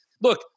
Look